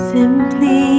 Simply